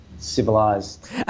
civilized